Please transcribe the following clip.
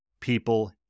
people